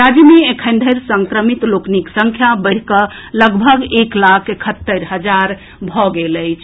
राज्य मे एखन धरि संक्रमित लोकनिक संख्या बढ़ि कऽ लगभग एक लाख एकहत्तरि हजार भऽ गेल अछि